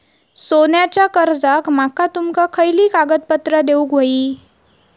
सोन्याच्या कर्जाक माका तुमका खयली कागदपत्रा देऊक व्हयी?